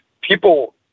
People